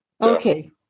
Okay